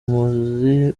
umuzi